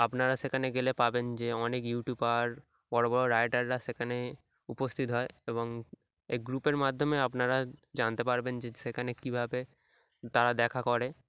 আপনারা সেখানে গেলে পাবেন যে অনেক ইউটিউবার বড় বড়ো রাইডাররা সেখানে উপস্থিত হয় এবং এই গ্রুপের মাধ্যমে আপনারা জানতে পারবেন যে সেখানে কীভাবে তারা দেখা করে